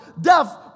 death